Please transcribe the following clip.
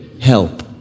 help